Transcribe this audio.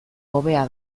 hobea